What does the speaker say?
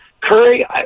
Curry